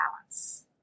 balance